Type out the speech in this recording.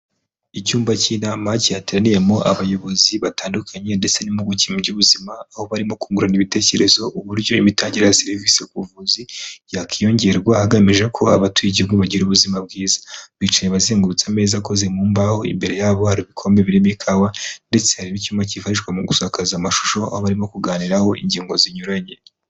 Icyumba cy'inama cyateraniyemo abayobozi batandukanye ndetse n’impuguke mu by'ubuzima, aho barimo kungurana ibitekerezo uburyo imitangire ya serivisi ku buvuzi yakongerwa hagamijwe ko abaturage bagira ubuzima bwiza, bicaye bazengurutse ameza akoze mu mbaho. Imbere yabo hari ibikombe birimo ikawa ndetse hari n'icyuma cyifashishwa mu gusakaza amashusho, bakaba barimo kuganiraho ingingo zinyuranye.